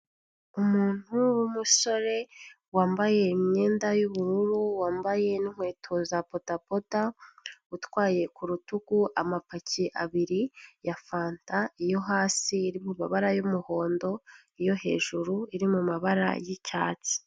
Umuntu w'umusore wambaye imyenda y'ubururu, wambaye n'inkweto za bodaboda ,utwaye ku rutugu amapaki abiri ya fanta ,iyo hasi iri mumabara y'umuhondo, iyo hejuru iri mumabara y'icyatsi.